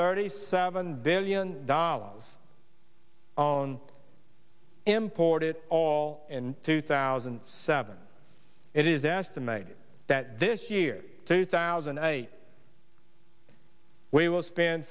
thirty seven billion dollars own import it all in two thousand and seven it is estimated that this year two thousand and eight we will spend